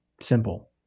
simple